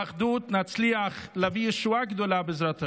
באחדות נצליח להביא ישועה גדולה, בעזרת השם,